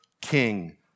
king